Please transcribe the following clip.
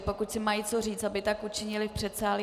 Pokud si mají co říct, aby tak učinili v předsálí.